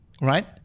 Right